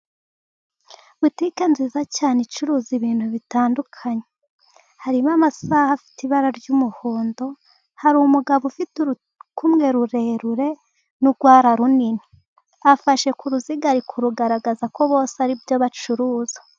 Butike nziza cyane icuruza ibintu bitandukanye. Harimo amasaha afite ibara ry'umuhondo, hari umugabo ufite urukumwe rurerure n'urwara runini. Afashe ku ruziga ari kurugaragaza ko bose ari byo bacuruza.